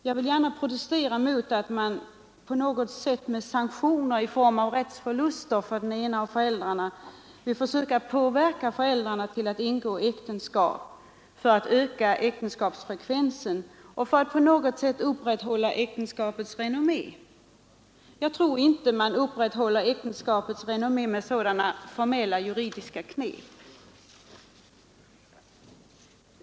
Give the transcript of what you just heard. Jag vill protestera mot att man med sanktioner i form av rättsförluster för den ena eller andra av föräldrarna vill försöka påverka föräldrar att ingå äktenskap för att öka äktenskapsfrekvensen och för att på något sätt upprätthålla äktenskapets renommé. Jag tror inte att man upprätthåller äktenskapets renommé med sådana formella juridiska knep.